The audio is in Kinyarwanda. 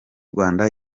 rwanda